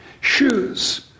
Shoes